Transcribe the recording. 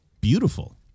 beautiful